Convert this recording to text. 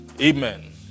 Amen